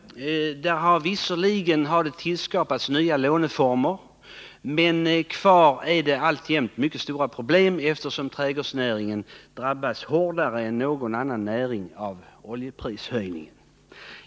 Visserligen har det tillskapats nya låneformer, men kvar finns alltjämt mycket stora problem, eftersom trädgårdsnäringen drabbas hårdare än någon annan näring av oljeprishöjningen.